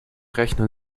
rechner